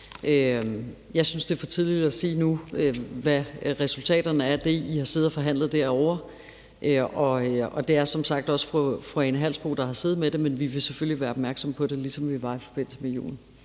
Jeg synes, det er for tidligt at sige nu, hvad resultaterne er af det, I har siddet og forhandlet derovre, og det er som sagt også beskæftigelsesministeren, der har siddet med det, men vi vil selvfølgelig være opmærksomme på det, ligesom vi var det i forbindelse med julen.